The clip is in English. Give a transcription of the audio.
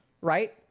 right